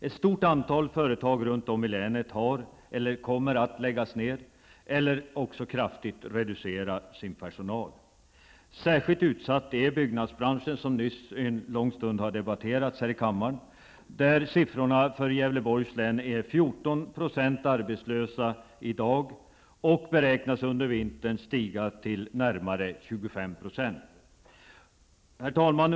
Ett stort antal företag runt om i länet har lagts ned eller kommer att läggas ned eller också kraftigt reducera sin personal. Särskilt utsatt är byggnadsbranschen, som nyss debatterades i kammaren, där sifforna för Gävleborgs län nu är 14 % arbetslösa i dag och beräknas under vintern stiga till närmare 25 %. Herr talman!